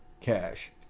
cash